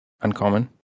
uncommon